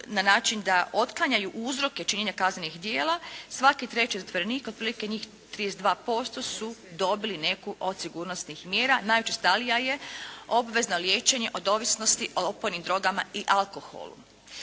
na način da otklanjaju uzroke činjenja kaznenih djela, svaki treći zatvorenik otprilike njih 32% su dobili neku od sigurnosnih mjera. Najučestalija je obvezno liječenje od ovisnosti opojnim drogama i alkoholu.